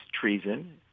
treason